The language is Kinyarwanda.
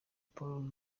paul